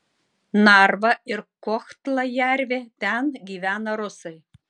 narva ir kohtla jervė ten gyvena rusai